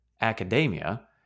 academia